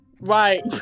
Right